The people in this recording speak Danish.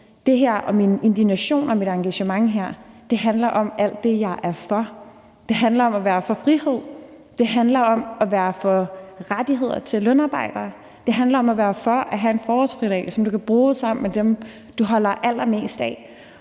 at være imod. Min indignation og mit engagement handler om alt det, jeg er for. Det handler om at være for frihed, det handler om at være for rettigheder til lønarbejdere, det handler om at være for at have en forårsfridag, som man kan bruge sammen med dem, du holder allermest af.